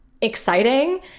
exciting